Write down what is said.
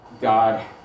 God